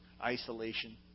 isolation